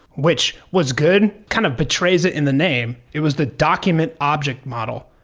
which was good, kind of betrays it in the name. it was the document object model.